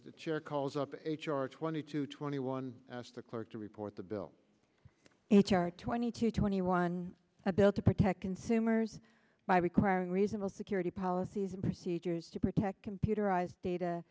the chair calls up twenty two twenty one asked the clerk to report the bill h r twenty two twenty one a bill to protect consumers by requiring reasonable security policies and procedures to protect computerized data